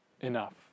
Enough